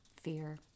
fear